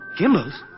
Gimbal's